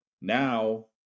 Now